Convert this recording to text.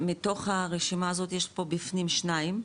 מתוך הרשימה הזאת, יש פה בפנים שניים,